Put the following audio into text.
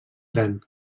tren